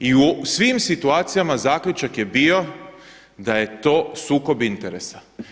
I u svim situacijama zaključak je bio da je to sukob interesa.